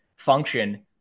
function